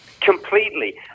completely